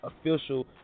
official